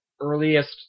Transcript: earliest